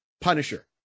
Punisher